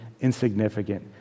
insignificant